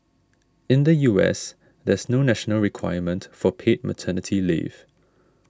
in the U S there's no national requirement for paid maternity leave